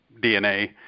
DNA